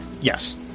Yes